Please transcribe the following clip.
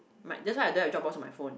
my that's why I do have Dropbox on my phone